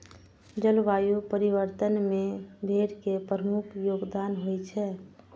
जलवायु परिवर्तन मे भेड़ के प्रमुख योगदान होइ छै